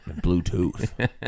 Bluetooth